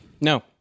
No